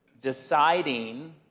deciding